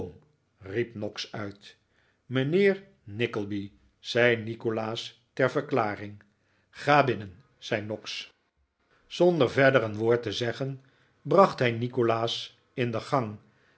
noggs uit mijnheer nickleby zei nikolaas ter verklaring ga binnen zei noggs nikolaas maakt kennis met newman noggs zonder verder een woord te zeggen bracht hij nikolaas in de gang